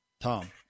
Tom